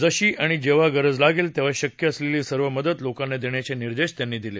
जशी आणि जेव्हा गरज लागेल तेव्हा शक्य असलेली सर्व मदत लोकांना देण्याचे निर्देश त्यांनी दिले